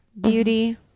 beauty